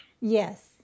Yes